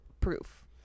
proof